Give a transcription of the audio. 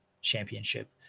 championship